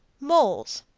moles.